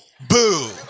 boo